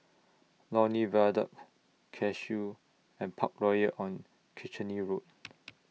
Lornie Viaduct Cashew and Parkroyal on Kitchener Road